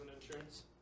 insurance